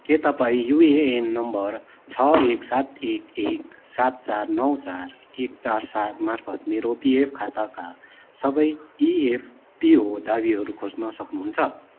के तपाईँ UAN number छ एक सात एक एक सात चार नौ चार एक चार सात मार्फत मेरो पिएफ खाताका सबै इएफपिओ दावीहरू खोज्न सक्नुहुन्छ